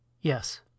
Yes